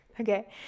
Okay